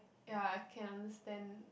ya can understand